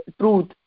truth